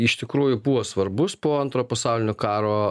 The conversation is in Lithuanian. iš tikrųjų buvo svarbus po antro pasaulinio karo